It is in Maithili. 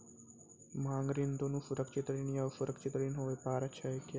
मांग ऋण दुनू सुरक्षित ऋण या असुरक्षित ऋण होय पारै छै